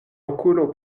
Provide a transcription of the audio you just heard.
okulo